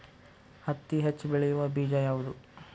ಹತ್ತಿ ಹೆಚ್ಚ ಬೆಳೆಯುವ ಬೇಜ ಯಾವುದು?